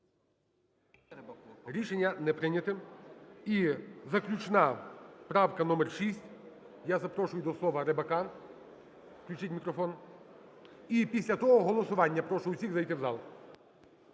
Рішення не прийнято. І заключна правка – номер 6. Я запрошую до слова Рибака, включіть мікрофон. І після того – голосування, прошу всіх зайти в зал.